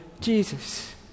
Jesus